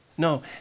No